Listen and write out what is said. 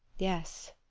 yes,